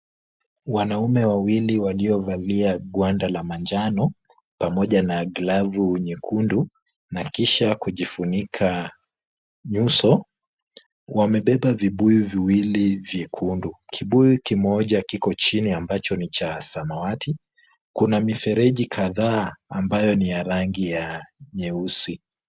Wanaume wawili waliovalia gwanda la manjano pamoja na glavu nyekundu na kisha kujifunika nyuso. Wamebeba vibuyu viwili vyekundu. Kibuyu kimoja kiko chini ambacho ni cha samawati. Kuna mifereji kadhaa ambayo ni nyeusi.